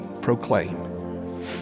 proclaim